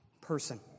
person